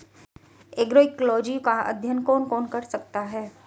Agroecology का अध्ययन कौन कौन कर सकता है?